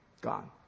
Gone